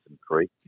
Creek